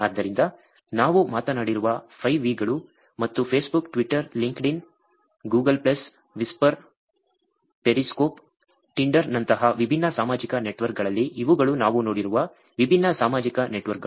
ಆದ್ದರಿಂದ ನಾವು ಮಾತನಾಡಿರುವ 5 V ಗಳು ಮತ್ತು Facebook Twitter LinkedIn Google plus Whisper Periscope ಟಿಂಡರ್ನಂತಹ ವಿಭಿನ್ನ ಸಾಮಾಜಿಕ ನೆಟ್ವರ್ಕ್ಗಳಲ್ಲಿ ಇವುಗಳು ನಾವು ನೋಡಿರುವ ವಿಭಿನ್ನ ಸಾಮಾಜಿಕ ನೆಟ್ವರ್ಕ್ಗಳು